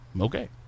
okay